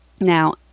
Now